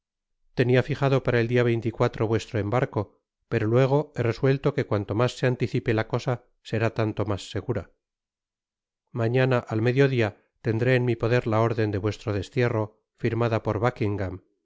tenia ajado para el dia vuestro embarco pero luego he resuelto que cuanto mas se anticipe la cosa será tanto mas segura mañana al medio dia tendré en mi poder la órden de vuestro destierro tirmada por